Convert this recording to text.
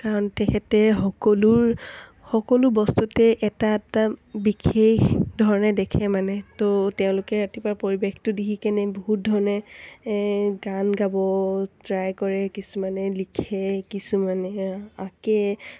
কাৰণ তেখেতে সকলোৰ সকলো বস্তুতে এটা এটা বিশেষ ধৰণে দেখে মানে তো তেওঁলোকে ৰাতিপুৱাৰ পৰিৱেশটো দেখিকেনে বহুতধৰণে গান গাব ট্ৰাই কৰে কিছুমানে লিখে কিছুমানে আঁকে